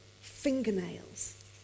fingernails